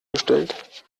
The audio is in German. gestellt